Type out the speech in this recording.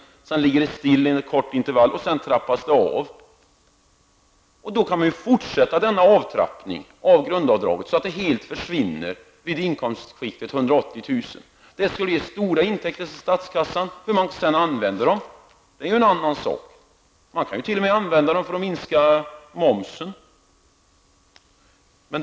För inkomster därutöver är grundavdraget fast i en kort intervall för att sedan trappas av. Denna avtrappning kan då fortsätta så att grundavdraget helt försvinner vid inkomstskiktet 180 000 kr. Detta skulle ge stora inkomster till statskassan. Hur dessa inkomster sedan skall användas är en annan fråga. Man kan t.o.m. använda dem för att sänka momsen.